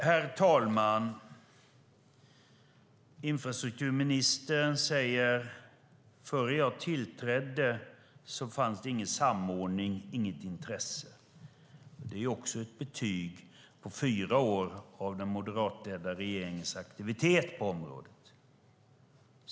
Herr talman! Infrastrukturministern säger att det inte fanns någon samordning och inget intresse för detta innan hon tillträdde. Det är också ett betyg på fyra år av den moderatledda regeringens aktivitet på området.